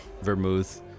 vermouth